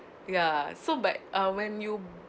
ya so but uh when you